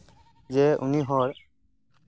ᱡᱮ ᱩᱱᱤ ᱦᱚᱲ